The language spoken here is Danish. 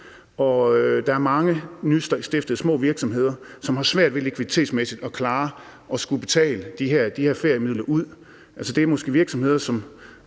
og der er mange nystiftede små virksomheder, som har svært ved likviditetsmæssigt at klare at skulle betale de her feriemidler ud. Det er måske virksomheder på